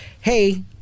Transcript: hey